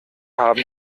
haben